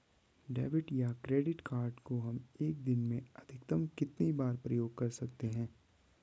Debit या credit card को हम एक दिन में अधिकतम कितनी बार प्रयोग कर सकते हैं?